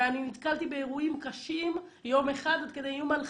נתקלתי באירועים קשים יום אחד עד כדי איום על חיי.